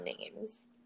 names